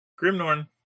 Grimnorn